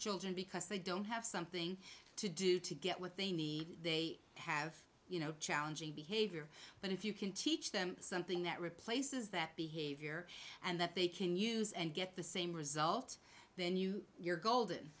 children because they don't have something to do to get what they need they have you know challenging behavior but if you can teach them something that replaces that behavior and that they can use and get the same result then you you're golden